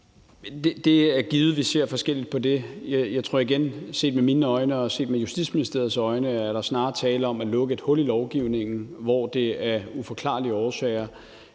Det er givet, at vi ser forskelligt på det. Igen vil jeg sige, at set med mine øjne og set med Justitsministeriets øjne er der snarere tale om at lukke et hul i lovgivningen. Det har været muligt på andre